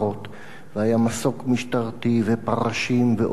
והיה מסוק משטרתי ופרשים ואופנועים,